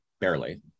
barely